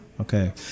Okay